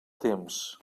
temps